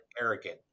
arrogant